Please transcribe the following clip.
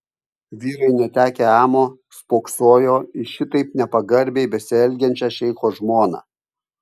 vyrai netekę amo spoksojo į šitaip nepagarbiai besielgiančią šeicho žmoną